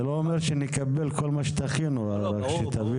זה לא אומר שנקבל כל מה שתכינו, רק שתבינו.